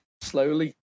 slowly